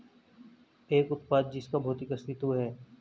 एक उत्पाद जिसका भौतिक अस्तित्व है?